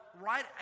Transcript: right